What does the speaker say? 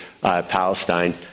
Palestine